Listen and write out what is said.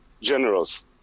generals